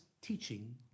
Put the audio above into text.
teaching